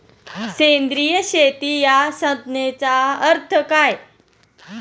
सेंद्रिय शेती या संज्ञेचा अर्थ काय?